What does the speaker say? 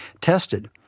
tested